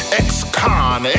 ex-con